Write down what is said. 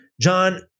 John